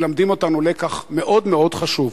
מלמדים אותנו לקח מאוד חשוב,